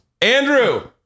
Andrew